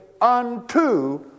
unto